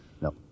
No